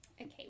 Okay